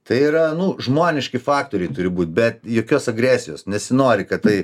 tai yra nu žmoniški faktoriai turi būt bet jokios agresijos nesinori kad tai